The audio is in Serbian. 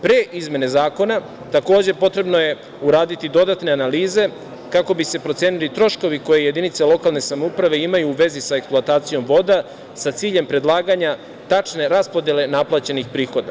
Pre izmene zakona takođe potrebno je uraditi dodatne analize kako bi se procenili troškovi koje jedinice lokalne samouprave imaju u vezi sa eksploatacijom voda sa ciljem predlaganja tačne raspodele naplaćenih prihoda.